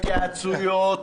התייעצויות,